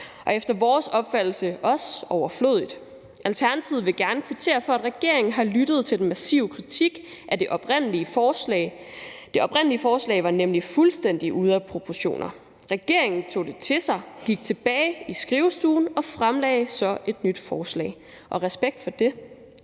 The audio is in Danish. og efter vores opfattelse også overflødigt. Alternativet vil gerne kvittere for, at regeringen har lyttet til den massive kritik af det oprindelige forslag. Det oprindelige forslag var nemlig fuldstændig ude af proportioner. Regeringen tog det til sig, gik tilbage i skrivestuen og fremsatte så et nyt forslag, og respekt for det.